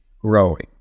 growing